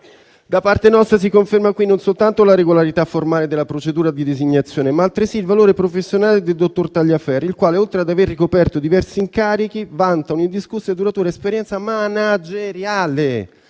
Da parte nostra si conferma qui non soltanto la regolarità formale della procedura di designazione, ma altresì il valore professionale del dottor Tagliaferri, il quale, oltre ad aver ricoperto diversi incarichi, vanta una indiscussa e duratura esperienza manageriale.